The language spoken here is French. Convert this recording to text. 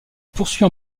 poursuit